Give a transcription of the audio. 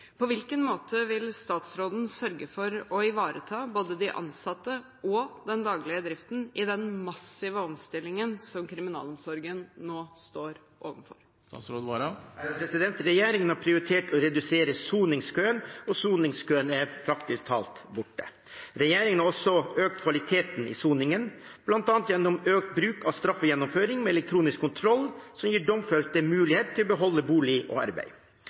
På hvilken måte vil statsråden sørge for å ivareta både de ansatte og den daglige driften i den massive omstillingen kriminalomsorgen nå står overfor?» Regjeringen har prioritert å redusere soningskøene, og soningskøene er praktisk talt borte. Regjeringen har også økt kvaliteten i soningen bl.a. gjennom økt bruk av straffegjennomføring med elektronisk kontroll, som gir domfelte mulighet til å beholde bolig og arbeid.